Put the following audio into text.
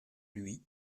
lui